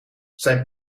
zijn